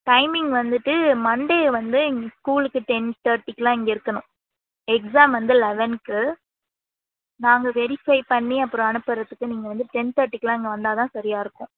timing வந்துவிட்டு Monday வந்து எங் ஸ்கூலுக்கு டென் தேர்ட்டிக்குலாம் இங்கே இருக்கணும் எக்ஸாம் வந்து லெவன்க்கு நாங்கள் வெரிஃபை பண்ணி அப்புறம் அனுப்புறத்துக்கு நீங்கள் வந்து டென் தேர்ட்டிக்குலாம் இங்கே வந்தால் தான் சரியாக இருக்கும்